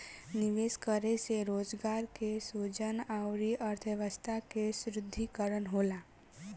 निवेश करे से रोजगार के सृजन अउरी अर्थव्यस्था के सुदृढ़ीकरन होला